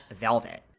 velvet